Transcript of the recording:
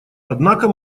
однако